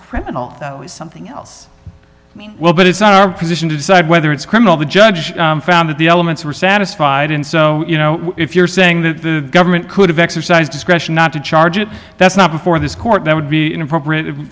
criminal is something else well but it's not our position to decide whether it's criminal the judge found that the elements were satisfied and so you know if you're saying that the government could have exercise discretion not to charge it that's not before this court that would be inappropriate